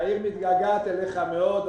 העיר מתגעגעת אליך מאוד.